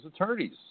attorneys